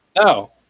No